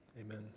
amen